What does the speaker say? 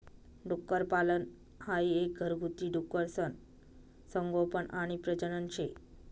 डुक्करपालन हाई एक घरगुती डुकरसनं संगोपन आणि प्रजनन शे